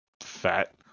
fat